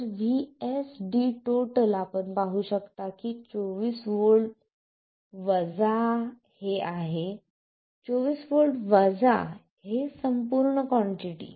तर VSD आपण पाहू शकता की 24 व्होल्ट वजा हे आहे 24 व्होल्ट वजा हे संपूर्ण कॉन्टिटी